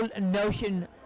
notion